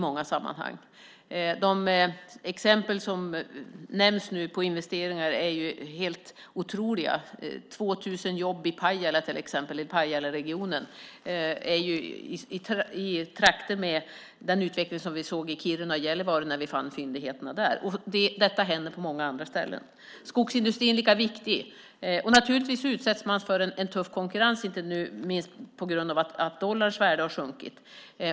De exempel som nämns på investeringar är helt otroliga, till exempel 2 000 jobb i Pajalaregionen och den utveckling som vi såg i Kiruna och Gällivare när man fann fyndigheterna där. Detta händer också på många andra ställen. Skogsindustrin är lika viktig. Naturligtvis utsätts man nu för en tuff konkurrens, inte minst på grund av att dollarns värde har sjunkit.